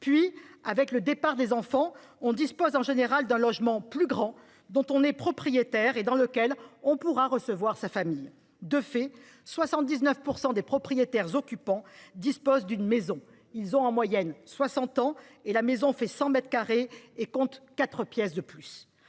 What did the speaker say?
Puis, avec le départ des enfants, on dispose en général d’un logement plus grand, dont on est propriétaire et dans lequel on pourra recevoir sa famille. De fait, 79 % des propriétaires occupants disposent d’une maison. Ils ont en moyenne 60 ans, leur maison fait 100 mètres carrés et compte quatre pièces ou plus.